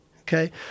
Okay